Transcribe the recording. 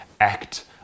act